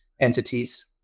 entities